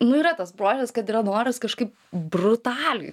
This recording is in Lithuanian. nu yra tas bruožas kad yra noras kažkaip brutaliai